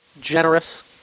generous